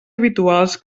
habituals